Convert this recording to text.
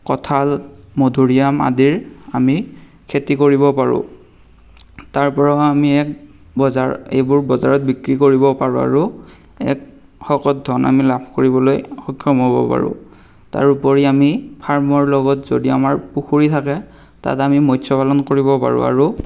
কঁঠাল মধুৰি আম আদিৰ আমি খেতি কৰিব আৰু তাৰ পৰাও আমি এক এইবোৰ বজাৰত বিক্ৰী কৰিব পাৰোঁ আৰু এক শকত ধন আমি লাভ কৰিবলৈ আমি সক্ষম হ'ব পাৰোঁ তাৰোপৰি আমি ফাৰ্মৰ লগত যদি আমাৰ পুখুৰী থাকে তাত আমি মস্য পালন কৰিব পাৰোঁ আৰু